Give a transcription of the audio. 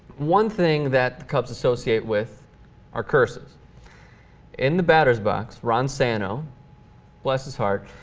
one thing that comes associate with are curses in the batter's box ron santo bless his heart